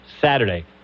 Saturday